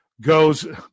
goes